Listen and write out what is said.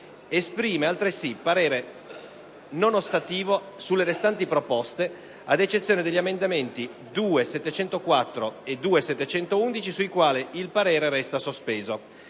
Esprime altresì parere non ostativo sulle restanti proposte, ad eccezione degli emendamenti 2.704 e 2.711, sui quali il parere resta sospeso.